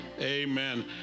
Amen